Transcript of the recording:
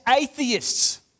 atheists